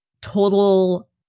total